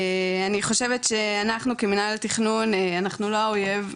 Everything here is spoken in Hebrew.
אני חושבת שאנחנו כמינהל התכנון אנחנו לא האויב,